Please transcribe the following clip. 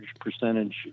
percentage